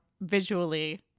visually